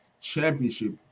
Championship